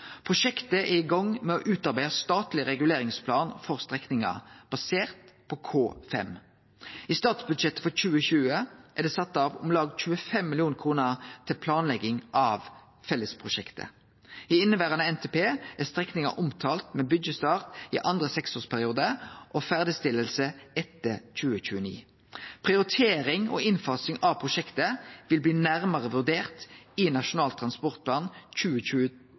Prosjektet er i gang med å utarbeide statleg reguleringsplan for strekninga, basert på K5. I statsbudsjettet for 2020 er det sett av om lag 25 mill. kr til planlegging av fellesprosjektet. I inneverande NTP er strekninga omtalt med byggjestart i andre seksårsperiode og ferdigstilling etter 2029. Prioritering og innfasing av prosjektet vil bli nærare vurdert i Nasjonal transportplan